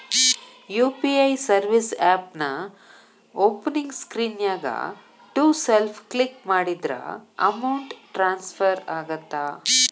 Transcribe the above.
UPI service ಆಪ್ನ್ಯಾಓಪನಿಂಗ್ ಸ್ಕ್ರೇನ್ನ್ಯಾಗ to self click ಮಾಡಿದ್ರ ಅಮೌಂಟ್ ಟ್ರಾನ್ಸ್ಫರ್ ಆಗತ್ತ